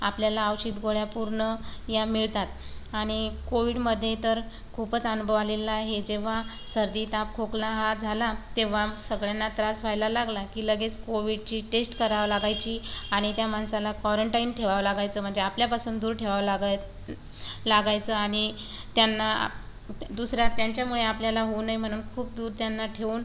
आपल्याला औषध गोळ्या पूर्ण या मिळतात आणि कोविडमध्ये तर खूपच अनुभव आलेला आहे जेव्हा सर्दी ताप खोकला हा झाला तेव्हा सगळ्यांना त्रास व्हायला लागला की लगेच कोविडची टेस्ट करावं लागायची आणि त्या माणसाला क्वारंटाईन ठेवावं लागायचं म्हणजे आपल्यापासून दूर ठेवावं लागाय लागायचं आणि त्यांना दुसऱ्या त्यांच्यामुळे आपल्याला होऊ नये म्हणून खूप दूर त्यांना ठेवून